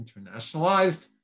internationalized